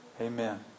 Amen